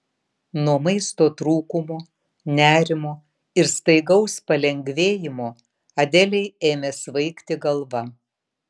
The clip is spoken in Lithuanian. nuo maisto trūkumo nerimo ir staigaus palengvėjimo adelei ėmė svaigti galva